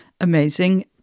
amazing